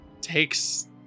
takes